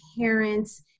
parents